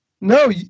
no